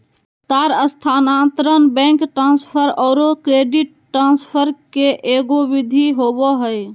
तार स्थानांतरण, bank transfer औरो क्रेडिट ट्रांसफ़र के एगो विधि होबो हइ